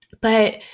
But-